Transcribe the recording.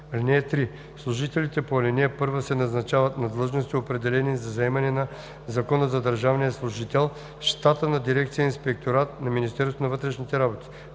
(3) Служителите по ал. 1 се назначават на длъжности, определени за заемане по Закона за държавния служител, с щата на дирекция „Инспекторат“ на Министерството на вътрешните работи.